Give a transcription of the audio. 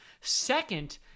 second